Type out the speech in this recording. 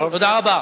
תודה רבה.